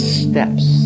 steps